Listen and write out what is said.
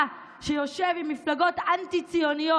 אתה, שיושב עם מפלגות אנטי-ציוניות,